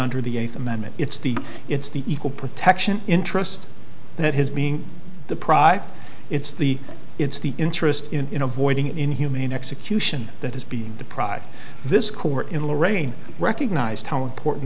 under the eighth amendment it's the it's the equal protection in trust that has being deprived it's the it's the interest in avoiding inhumane execution that has been deprived this court in lorain recognized how important